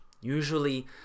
Usually